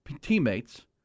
teammates